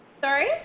Sorry